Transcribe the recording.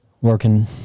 working